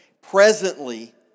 Presently